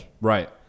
Right